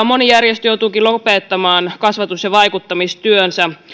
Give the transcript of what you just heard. moni järjestö joutuukin lopettamaan kasvatus ja vaikuttamistyönsä